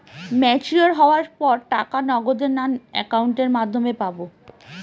Mature হওয়ার পর টাকা নগদে না অ্যাকাউন্টের মাধ্যমে পাবো?